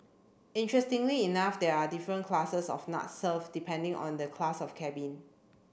interestingly enough there are different classes of nuts served depending on the class of cabin